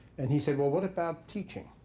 and he said, well, what about teaching?